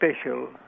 special